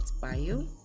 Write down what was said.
bio